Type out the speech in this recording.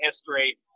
history